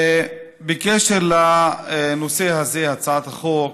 בקשר לנושא הזה, הצעת החוק,